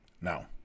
now